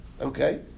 Okay